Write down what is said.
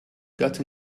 got